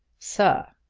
sir,